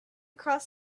cross